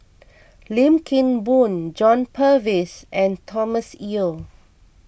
Lim Kim Boon John Purvis and Thomas Yeo